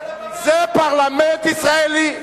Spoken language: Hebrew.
זה פרלמנט ישראלי.